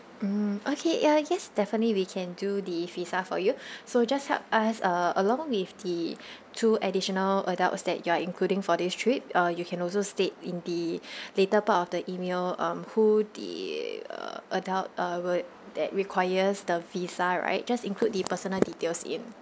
mm okay ya yes definitely we can do the visa for you so just help us along with the two additional adults that you are including for this trip uh you can also state in the later part of the email um who the uh adult uh would that requires the visa right just include the personal details in